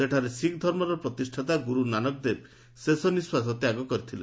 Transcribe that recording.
ସେଠାରେ ଶିଖଧର୍ମର ପ୍ରତିଷ୍ଠାତା ଗୁରୁ ନାନକଦେବ ଶେଷ ନିଃଶ୍ୱାସ ତ୍ୟାଗ କରିଥିଲେ